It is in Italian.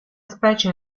specie